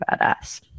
badass